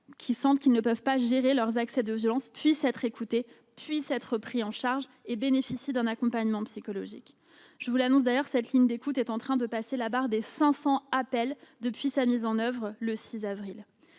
s'apercevant qu'ils ne peuvent pas gérer leurs accès de colère et de violence puissent être écoutés, puissent être pris en charge et puissent bénéficier d'un accompagnement psychologique. Je vous l'annonce aujourd'hui, cette ligne d'écoute est en train de passer la barre des 500 appels depuis sa mise en oeuvre le 6 avril